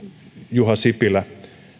juha sipilä